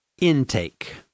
intake